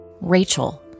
Rachel